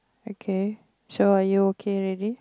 okay so are you okay already